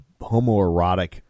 homoerotic